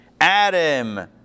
Adam